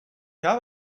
habe